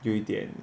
有一点